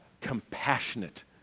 compassionate